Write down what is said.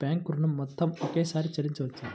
Bank ఋణం మొత్తము ఒకేసారి చెల్లించవచ్చా?